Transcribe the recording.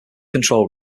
control